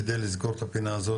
כדי לסגור את הפינה הזאת.